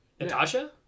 Natasha